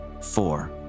four